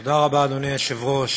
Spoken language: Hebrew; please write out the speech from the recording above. תודה רבה, אדוני היושב-ראש.